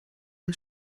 und